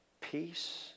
peace